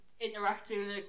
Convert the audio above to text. interacting